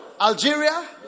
Algeria